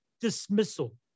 dismissal